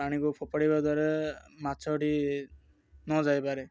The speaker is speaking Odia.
ପାଣିକୁ ଫୋପାଡ଼ିବା ଦ୍ୱାରା ମାଛଟି ନ ଯାଇପାରେ